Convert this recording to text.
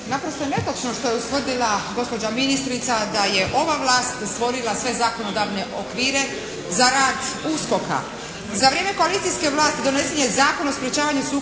Naprosto je netočno što je ustvrdila gospođa ministrica da je ova vlast stvorila sve zakonodavne okvire za rad USKOK-a. Za vrijeme koalicijske vlasti donesen je Zakon o sprječavanju